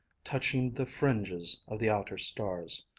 touching the fringes of the outer stars.